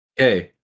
Okay